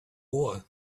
war